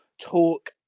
Talk